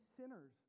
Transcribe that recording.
sinners